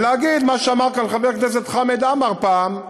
ולהגיד מה שאמר כאן חבר הכנסת חמד עמאר פעם: